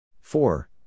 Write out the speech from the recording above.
four